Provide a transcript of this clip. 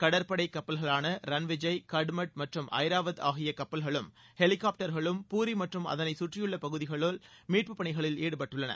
கடற்படை கப்பல்களான ரன்விஜய் கட்மாட் மற்றும் அய்ராவத் ஆகிய கப்பல்களும் ஹெலிகாப்டர்களும் பூரி மற்றும் அதனை சுற்றியுள்ள பகுதிகளும் மீட்புப் பணிகளில் ஈடுபட்டுள்ளன